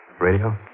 Radio